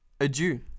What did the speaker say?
Adieu